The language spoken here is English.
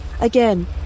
Again